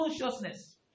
consciousness